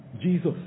Jesus